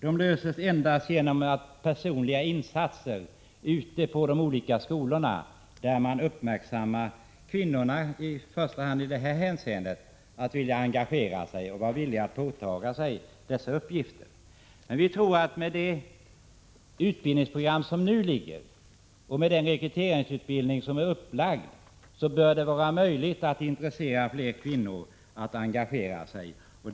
De löses endast genom personliga insatser ute i de olika skolorna. Där måste i första hand kvinnorna engagera sig och visa sig villiga att påta sig uppgifterna. Vi tror att det med det utbildningsprogram som nu föreligger och med den rekryteringsutbildning som planerats bör vara möjligt att intressera fler kvinnor att engagera sig.